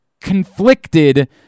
conflicted